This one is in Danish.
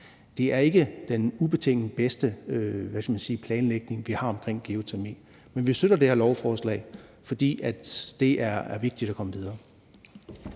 Det er ikke den ubetinget bedste – hvad skal man sige – planlægning, vi har omkring geotermi. Men vi støtter det her lovforslag, fordi det er vigtigt at komme videre.